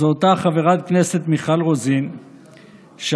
זו אותה חברת כנסת מיכל רוזין שאמרה